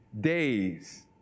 days